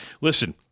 Listen